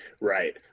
Right